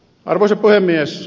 arvoisa puhemies